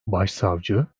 başsavcı